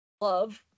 love